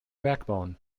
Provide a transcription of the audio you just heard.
backbone